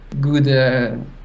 good